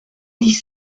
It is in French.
dix